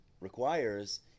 requires